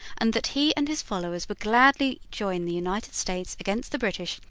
and that he and his followers would gladly join the united states against the british,